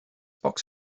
box